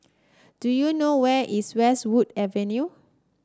do you know where is Westwood Avenue